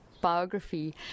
biography